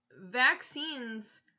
vaccines